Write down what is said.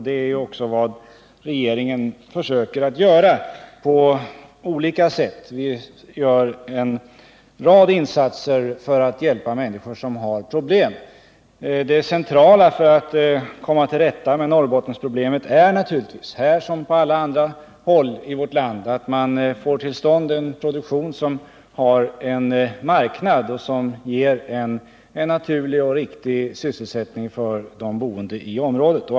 Det är också vad regeringen försöker att göra på olika sätt. Det centrala är naturligtvis, i Norrbotten som på andra håll i vårt land, att få till stånd en produktion som har en marknad och som ger en naturlig och riktig sysselsättning för de boende i området.